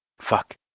Fuck